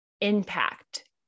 impact